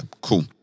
cool